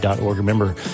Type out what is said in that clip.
Remember